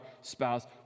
spouse